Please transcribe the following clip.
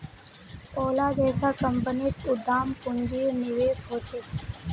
ओला जैसा कम्पनीत उद्दाम पून्जिर निवेश होछे